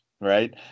right